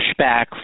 pushback